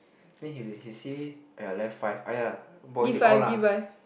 then he he said !aiya! left five !aiya! boy take all lah